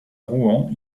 rouen